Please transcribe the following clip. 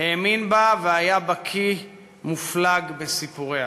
האמין בה והיה בקי מופלג בסיפוריה.